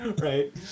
right